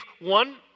one